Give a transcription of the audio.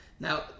Now